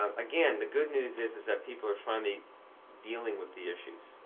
um again, the good news is is that people are finally dealing with the issues,